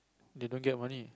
they don't get money